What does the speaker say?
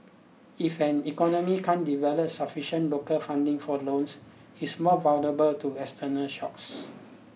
if an economy can't develop sufficient local funding for loans it's more vulnerable to external shocks